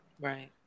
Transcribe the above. Right